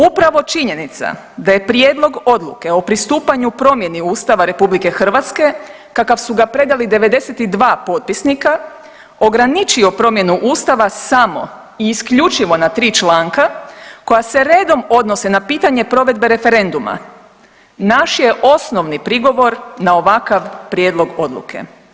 Upravo činjenica da je Prijedlog Odluke o pristupanju promjeni Ustava RH kakav su ga predali 92 potpisnika ograničio promjenu Ustava samo i isključivo na tri članka koja se redom odnose na pitanje provedbe referenduma naš je osnovni prigovor na ovakav prijedlog odluke.